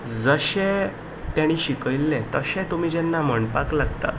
जशे तेणे शिकयल्लें तशें जेन्ना तुमी म्हणपाक लागता